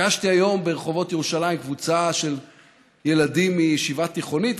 פגשתי היום ברחובות ירושלים קבוצה של ילדים מישיבה תיכונית,